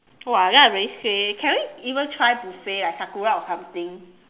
!wah! then I already say can we even try buffet like sakura or something